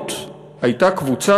מוגבלויות הייתה קבוצה,